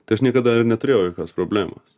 tai aš niekada ir neturėjau jokios problemos